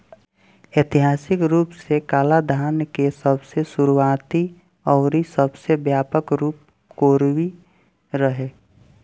ऐतिहासिक रूप से कालाधान के सबसे शुरुआती अउरी सबसे व्यापक रूप कोरवी रहे